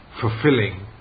fulfilling